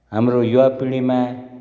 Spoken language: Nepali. हाम्रो युवा पिँढीमा